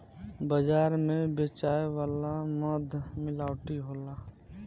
बाजार बेचाए वाला मध मिलावटी होला